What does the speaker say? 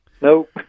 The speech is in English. Nope